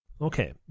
Okay